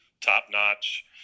top-notch